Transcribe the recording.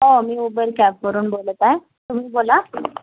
हो मी उबर कॅबवरून बोलत आहे तुम्ही बोला